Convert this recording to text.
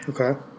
Okay